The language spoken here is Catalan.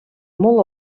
molt